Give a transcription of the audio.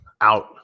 out